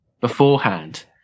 beforehand